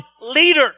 leader